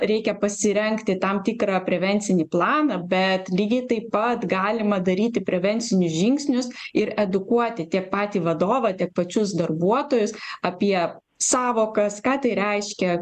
reikia pasirengti tam tikrą prevencinį planą bet lygiai taip pat galima daryti prevencinius žingsnius ir edukuoti tiek patį vadovą tiek pačius darbuotojus apie sąvokas ką tai reiškia